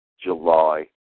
July